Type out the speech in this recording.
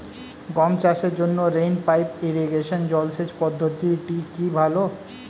গম চাষের জন্য রেইন পাইপ ইরিগেশন জলসেচ পদ্ধতিটি কি ভালো?